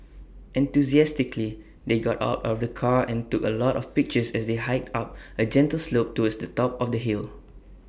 enthusiastically they got out of the car and took A lot of pictures as they hiked up A gentle slope towards the top of the hill